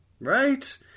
Right